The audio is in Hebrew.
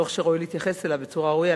דוח שראוי להתייחס אליו בצורה הראויה.